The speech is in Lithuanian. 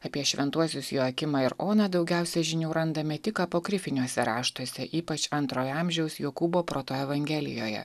apie šventuosius joakimą ir oną daugiausiai žinių randame tik apokrifiniuose raštuose ypač antrojo amžiaus jokūbo proto evangelijoje